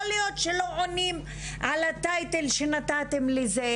יכול להיות שלא עונים על הטייטל שנתתם לזה,